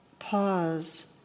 pause